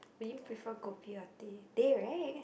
would you prefer Kopi or Teh Teh [right]